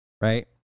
right